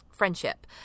friendship